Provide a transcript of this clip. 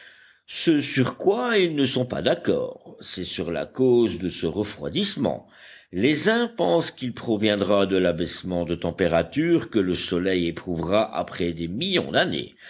ce sur quoi ils ne sont pas d'accord c'est sur la cause de ce refroidissement les uns pensent qu'il proviendra de l'abaissement de température que le soleil éprouvera après des millions d'années